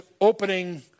opening